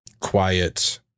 quiet